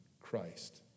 Christ